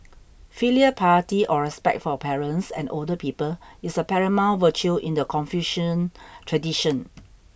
filial piety or respect for parents and older people is a paramount virtue in the Confucian tradition